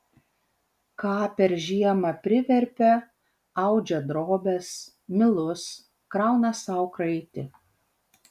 ką per žiemą priverpia audžia drobes milus krauna sau kraitį